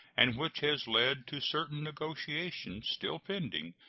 and which has led to certain negotiations, still pending,